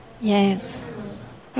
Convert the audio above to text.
Yes